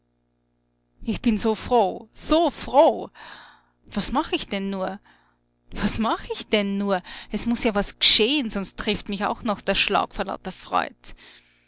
ich bin so froh so froh was mach ich denn nur was mach ich denn nur es muß ja was gescheh'n sonst trifft mich auch noch der schlag vor lauter freud